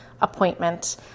appointment